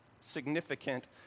significant